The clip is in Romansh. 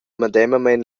medemamein